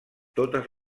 totes